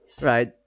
Right